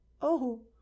Oh